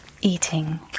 eating